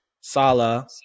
Salah